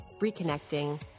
reconnecting